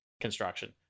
construction